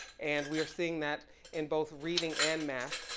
and we're seeing that in both reading and math,